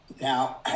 now